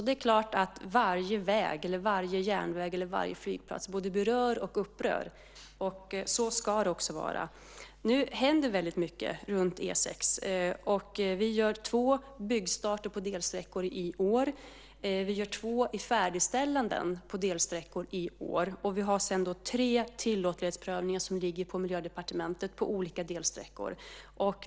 Det är klart att varje väg, varje järnväg och varje flygplats både berör och upprör. Så ska det också vara. Nu händer väldigt mycket runt E 6. Vi gör två byggstarter på delsträckor i år, vi gör två färdigställanden på delsträckor i år och vi har tre tillåtlighetsprövningar av olika delsträckor som ligger på Miljödepartementet.